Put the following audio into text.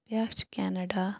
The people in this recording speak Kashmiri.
بیاکھ چھُ کینَڈا